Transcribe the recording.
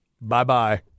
Bye-bye